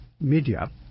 media